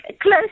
Close